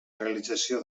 realització